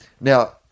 Now